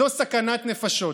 זו סכנת נפשות.